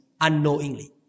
unknowingly